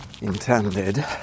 intended